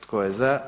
Tko je za?